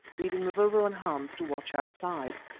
leaving mavovo and hans to watch outside.